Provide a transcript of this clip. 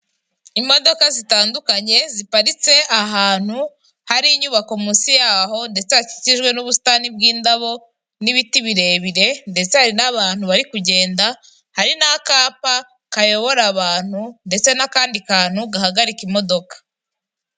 Imodoka zitandukanye ziparitse ahantu hari inyubako munsi yaho ndetse hakikijwe n'ubusitani bw'indabo n'ibiti birebire ndetse hari n'abantu bari kugenda hari n'akapa kayobora abantu ndetse n'akandi kantu gahagarika imodoka.